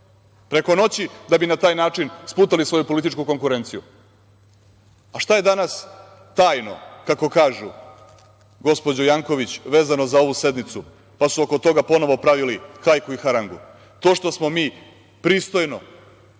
preko noći, da bi na taj način sputali svoju političku konkurenciju.A šta je danas tajno, kako kažu, gospođo Janković, vezano za ovu sednicu, pa su oko toga ponovo pravili hajku i harangu? To što smo mi pristojno,